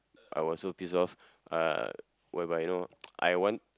I was so pissed off uh whereby you know I want